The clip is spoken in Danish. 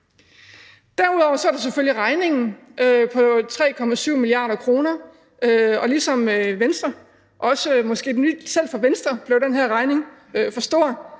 Derudover er der selvfølgelig regningen på 3,7 mia. kr., og selv for Venstre blev den her regning for stor.